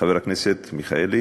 חבר הכנסת מיכאלי,